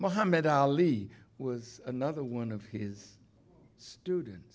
mohammad ali was another one of his students